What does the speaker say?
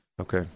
Okay